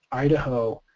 idaho,